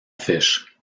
fish